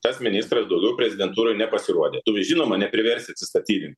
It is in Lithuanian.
tas ministras daugiau prezidentūroj nepasirodė tu žinoma nepriversi atsistatydint